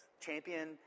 Champion